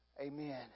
Amen